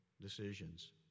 decisions